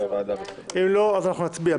אם לא, אנחנו נצביע.